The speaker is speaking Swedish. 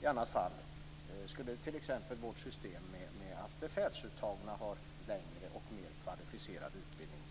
I annat fall skulle t.ex. vårt system med att befälsuttagna har en längre och mera kvalificerad utbildning